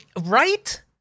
Right